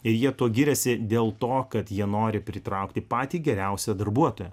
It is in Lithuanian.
ir jie tuo giriasi dėl to kad jie nori pritraukti patį geriausią darbuotoją